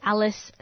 Alice